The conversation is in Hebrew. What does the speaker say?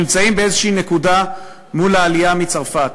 אנחנו נמצאים באיזושהי נקודה מול העלייה מצרפת,